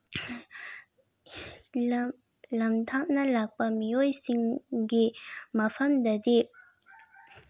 ꯂꯝ ꯂꯝ ꯊꯥꯞꯅ ꯂꯥꯛꯄ ꯃꯤꯑꯣꯏ ꯁꯤꯡꯒꯤ ꯃꯐꯝꯗꯗꯤ